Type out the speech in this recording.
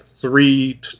three